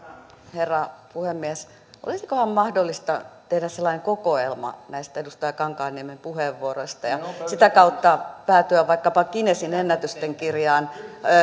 herra puhemies olisikohan mahdollista tehdä sellainen kokoelma näistä edustaja kankaanniemen puheenvuoroista ja sitä kautta päätyä vaikkapa guinnessin ennätysten kirjaan